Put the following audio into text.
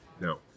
No